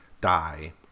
die